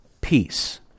peace